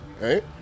right